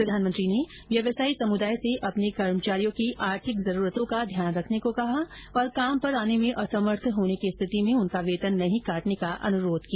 प्रधानमंत्री ने व्यवसायी समुदाय से अपने कर्मचारियों की आर्थिक जरूरतों का ध्यान रखने को कहा और काम पर आने में असमर्थ होने की स्थिति में उनका वेतन नहीं काटने का अनुरोध किया